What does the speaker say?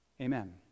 Amen